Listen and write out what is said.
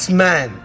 man